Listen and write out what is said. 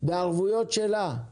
בערבויות שלה.